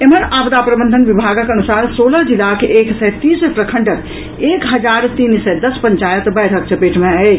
एम्हर आपदा प्रबंधन विभागक अनुसार सोलह जिलाक एक सय तीस प्रखंडक एक हजार तीन सय दस पंचायत बाढ़िक चपेट मे अछि